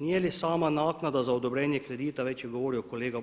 Nije li sama naknada za odobrenje kredita već je govorio kolega